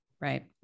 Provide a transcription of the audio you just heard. Right